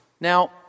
Now